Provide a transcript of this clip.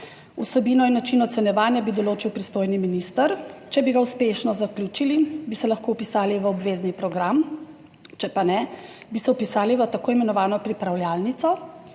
Vsebino in način ocenjevanja bi določil pristojni minister. Če bi ga uspešno zaključili, bi se lahko vpisali v obvezni program, če pa ne, bi se vpisali v tako imenovano pripravljalnico,